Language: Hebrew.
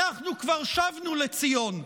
אנחנו כבר שבנו לציון.